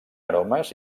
aromes